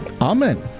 Amen